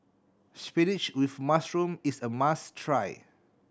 spinach with mushroom is a must try